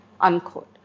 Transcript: unquote